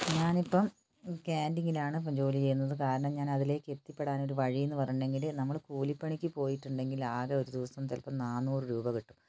ഞാനിപ്പം ക്യാൻ്റിങ്ങിലാണ് ഇപ്പം ജോലി ചെയ്യുന്നത് കാരണം ഞാൻ അതിലേക്ക് എത്തിപ്പെടാനൊരു വഴിയെന്ന് പറഞ്ഞെങ്കിൽ നമ്മൾ കൂലിപ്പണിക്ക് പോയിട്ടുണ്ടെങ്കിൽ ആകെ ഒരു ദിവസം ചിലപ്പം നാന്നൂറ് രൂപ കിട്ടും